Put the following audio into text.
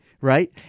right